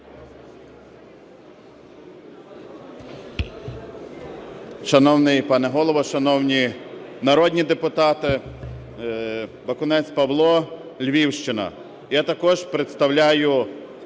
Шановний пане Голово, шановні народні депутати. Бакунець Павло, Львівщина. Я також представляю